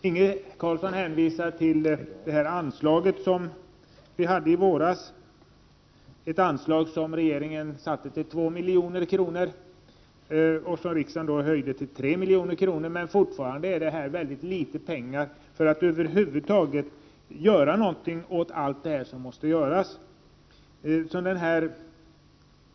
Inge Carlsson hänvisar till anslaget från i våras — ett anslag som regeringen faställde till 2 milj.kr. och som riksdagen senare höjde till 3 milj.kr. Men fortfarande rör det sig här om mycket litet pengar, med tanke på allt det som måste göras i detta sammanhang.